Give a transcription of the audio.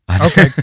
Okay